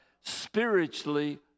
spiritually